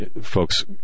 folks